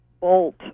bolt